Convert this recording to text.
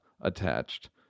attached